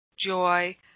joy